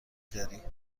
داری